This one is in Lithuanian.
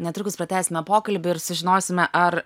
netrukus pratęsime pokalbį ir sužinosime ar